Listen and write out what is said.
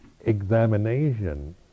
examination